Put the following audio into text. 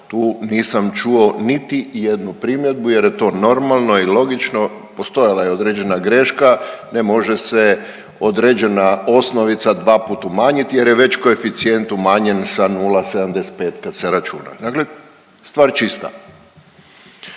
Tu nisam čuo niti jednu primjedbu jer je to normalno i logično. Postojala je određena greška, ne može se određena osnovica dvaput umanjiti, jer je već koeficijent umanjen sa 0,75 kad se računa. Dakle, stvar čista.